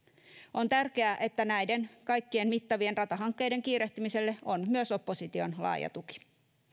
on tärkeää että näiden kaikkien mittavien ratahankkeiden kiirehtimiselle on myös opposition laaja tuki